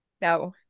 no